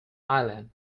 island